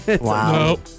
Wow